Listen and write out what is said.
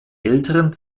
älteren